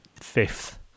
fifth